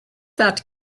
that